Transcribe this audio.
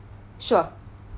sure